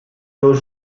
nos